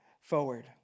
forward